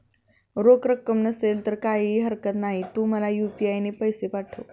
रोख रक्कम नसेल तर काहीही हरकत नाही, तू मला यू.पी.आय ने पैसे पाठव